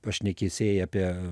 pašnekesiai apie